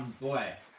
boy.